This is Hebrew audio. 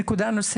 נקודה שניה: